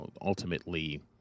ultimately